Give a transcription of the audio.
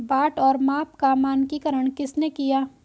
बाट और माप का मानकीकरण किसने किया?